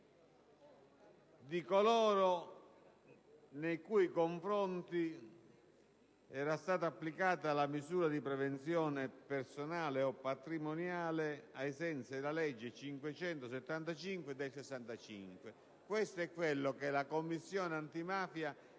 di coloro nei cui confronti era stata applicata la misura di prevenzione personale o patrimoniale, ai sensi della legge n. 575 del 1965. Questo è quello che la Commissione antimafia